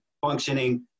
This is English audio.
functioning